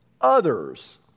others